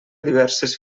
diverses